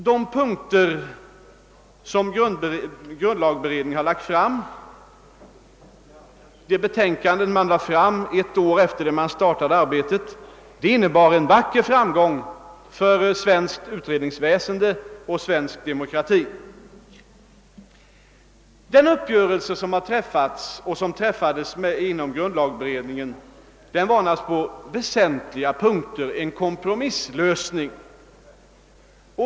Det betänkande som grundlagberedningen har lagt fram ett är efter det att den startade arbetet innebar en vacker framgång för svenskt utredningsväsende och svensk demokrati. Den uppgörelse som träffades inom grundlagberedningen var på väsentliga punkter en kompromisslösning.